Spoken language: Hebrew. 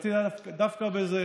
רציתי לגעת דווקא באיזה,